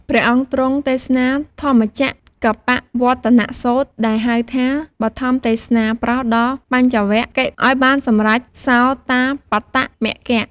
ព្រះអង្គទ្រង់ទេសនាធម្មចក្រកប្បវត្តនសូត្រ ដែលហៅថាបឋមទេសនា ប្រោសដល់បញ្ចវគិ្គយ៍ឲ្យបានសម្រេចសោតាបត្តមគ្គ។